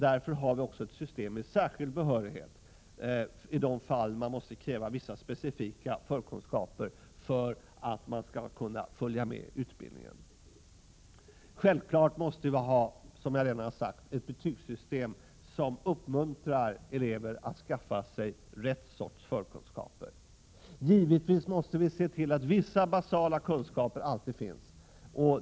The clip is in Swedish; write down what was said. Därför har vi också ett system med särskild behörighet i de fall där det är nödvändigt med vissa specifika förkunskaper för att man skall kunna följa med i utbildningen. Självfallet måste vi, som jag redan sagt, ha ett betygssystem som uppmuntrar elever att skaffa sig rätt sorts förkunskaper. Givetvis måste vi se till att vissa baskunskaper alltid finns.